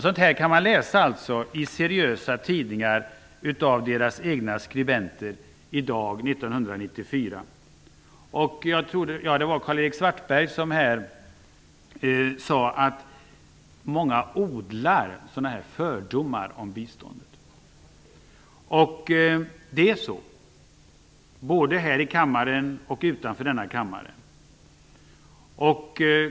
Sådant skriver alltså skribenter i seriösa tidningar i dag 1994. Karl-Erik Svartberg sade att många odlar fördomar om biståndet. Det görs både i och utanför denna kammare.